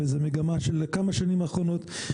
וזו מגמה של השנים האחרונות,